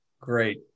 great